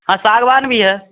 हाँ सागवान भी है